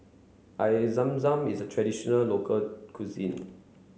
Air Zam Zam is a traditional local cuisine